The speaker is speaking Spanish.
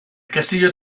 castillo